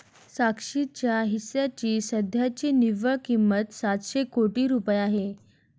साक्षीच्या हिश्श्याची सध्याची निव्वळ किंमत सातशे कोटी रुपये आहे